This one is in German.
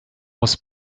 aus